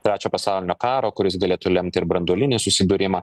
trečio pasaulinio karo kuris galėtų lemti ir branduolinį susidūrimą